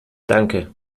danke